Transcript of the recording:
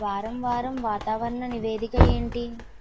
వారం వారం వాతావరణ నివేదిక ఏంటి